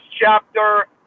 chapter